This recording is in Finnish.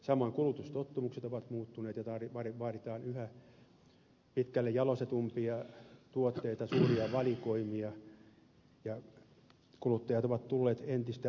samoin kulutustottumukset ovat muuttuneet vaaditaan yhä pidemmälle jalostettuja tuotteita suuria valikoimia ja kuluttajat ovat tulleet entistä vaativammiksi